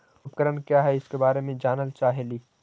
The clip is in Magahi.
उपकरण क्या है इसके बारे मे जानल चाहेली?